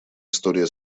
история